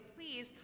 please